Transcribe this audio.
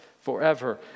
forever